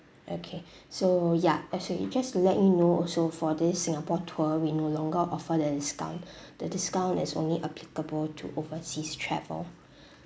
okay so ya actually just to let you know also for this singapore tour we no longer offer that discount the discount is only applicable to overseas travel